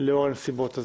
לאור הנסיבות.